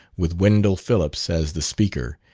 with wendell phillips as the speaker,